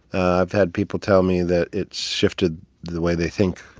i've had people tell me that it shifted the way they think,